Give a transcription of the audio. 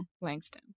Langston